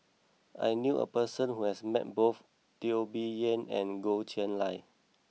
I knew a person who has met both Teo Bee Yen and Goh Chiew Lye